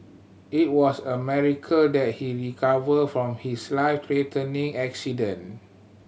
it was a miracle that he recovered from his life threatening accident